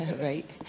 Right